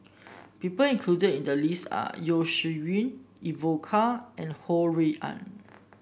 people included in the list are Yeo Shih Yun Evon Kow and Ho Rui An